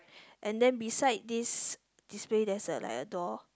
and then beside this display there's a like a door